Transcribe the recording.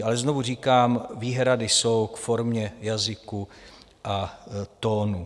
Ale znovu říkám, výhrady jsou k formě, jazyku a tónu.